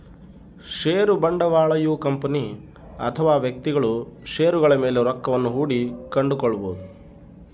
ಷೇರು ಬಂಡವಾಳಯು ಕಂಪನಿ ಅಥವಾ ವ್ಯಕ್ತಿಗಳು ಷೇರುಗಳ ಮೇಲೆ ರೊಕ್ಕವನ್ನು ಹೂಡಿ ಕೊಂಡುಕೊಳ್ಳಬೊದು